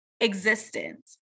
existence